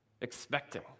expecting